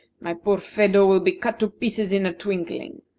my poor phedo will be cut to pieces in a twinkling.